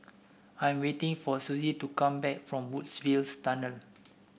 I am waiting for Suzy to come back from Woodsville Tunnel